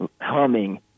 humming